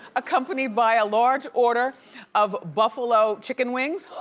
accompanied by a large order of buffalo chicken wings,